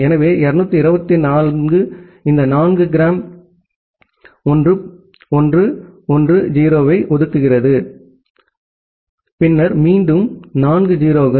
எனவே 224 இந்த நான்கு கிராம் 1 1 1 0 ஐ ஒத்திருக்கிறது பின்னர் மீண்டும் நான்கு 0 கள்